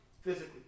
physically